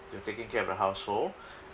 you're taking care of the household